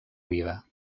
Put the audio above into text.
vida